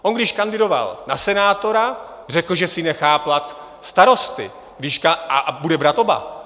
On když kandidoval na senátora, řekl, že si nechá plat starosty a bude brát oba.